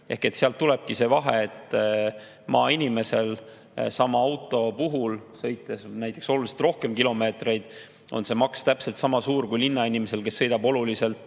kõrgem. Sealt tulebki see vahe, et maainimesel on sama auto puhul, sõites oluliselt rohkem kilomeetreid, see maks täpselt sama suur kui linnainimesel, kes sõidab näiteks